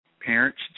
parents